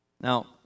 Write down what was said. Now